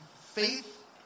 faith